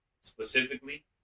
specifically